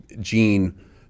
Gene